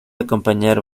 acompañar